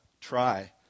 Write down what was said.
try